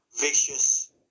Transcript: vicious